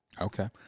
Okay